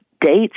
dates